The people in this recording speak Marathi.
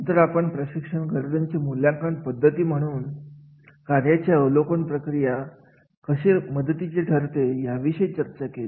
नंतर आपण प्रशिक्षण गरजांचे मूल्यांकन पद्धती म्हणून कार्याचे अवलोकन प्रक्रिया कशी मदतीची ठरते याविषयी चर्चा केली